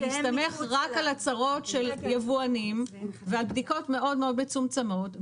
ויסתמך רק על הצהרות של יבואנים ועל בדיקות מאוד מאוד מצומצמות,